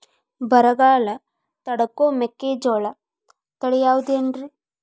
ಬರಗಾಲ ತಡಕೋ ಮೆಕ್ಕಿಜೋಳ ತಳಿಯಾವುದ್ರೇ?